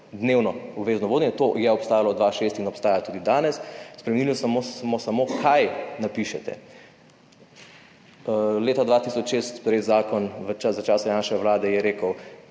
dnevno obvezno vodenje. To je obstajalo 2026 in obstaja tudi danes. Spremenili smo samo, kaj napišete? Leta 2006 sprejet zakon v čas za časa Janševe Vlade je rekel,